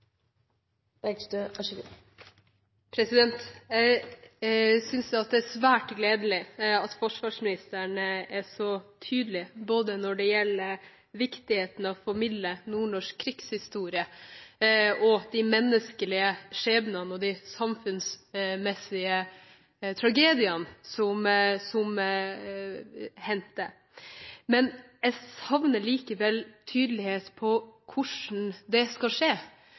svært gledelig at forsvarsministeren er så tydelig når det gjelder både viktigheten av å formidle nordnorsk krigshistorie og menneskeskjebnene og de samfunnsmessige tragediene som hendte. Jeg savner likevel tydelighet på hvordan det skal skje,